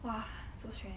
!wah! so stress